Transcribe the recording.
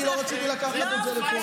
אני לא רציתי לקחת את זה לפה.